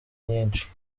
nyinshi